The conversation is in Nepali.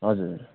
हजुर